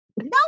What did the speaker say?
No